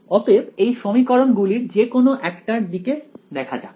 অতএব এই সমীকরণ গুলির যে কোন একটার দিকে দেখা যাক